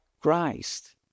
Christ